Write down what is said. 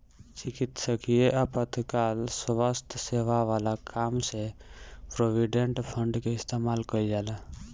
चिकित्सकीय आपातकाल स्वास्थ्य सेवा वाला काम में प्रोविडेंट फंड के इस्तेमाल कईल जाला